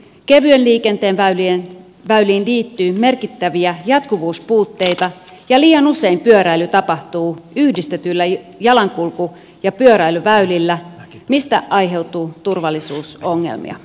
kevyen liikenteen väyliin liittyy merkittäviä jatkuvuuspuutteita ja liian usein pyöräily tapahtuu yhdistetyillä jalankulku ja pyöräilyväylillä mistä aiheutuu turvallisuusongelmia